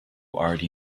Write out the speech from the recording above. already